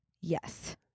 Yes